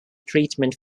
treatment